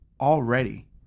already